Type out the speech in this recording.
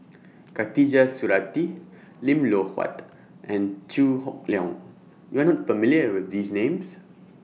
Khatijah Surattee Lim Loh Huat and Chew Hock Leong YOU Are not familiar with These Names